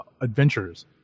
adventures